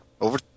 over